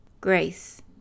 grace